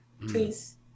Please